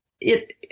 it-